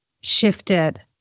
shifted